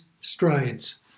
strides